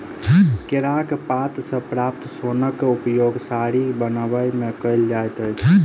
केराक पात सॅ प्राप्त सोनक उपयोग साड़ी बनयबा मे कयल जाइत अछि